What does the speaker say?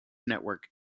network